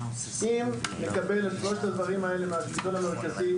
אם נקבל את שלושת הדברים האלה מהשלטון המרכזי,